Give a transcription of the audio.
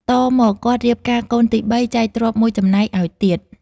តមក គាត់រៀបការកូនទី ៣ ចែកទ្រព្យ ១ចំណែកឱ្យទៀត ។